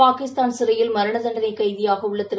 பாகிஸ்தான் சிறையில் மரண தண்டனைக் கைதியாக உள்ள திரு